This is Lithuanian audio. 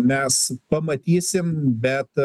mes pamatysim bet